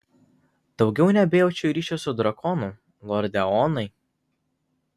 daugiau nebejaučiu ryšio su drakonu lorde eonai